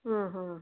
ಹ್ಞೂ ಹ್ಞೂ